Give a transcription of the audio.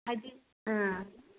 ꯍꯥꯏꯗꯤ ꯑꯥ